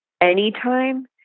anytime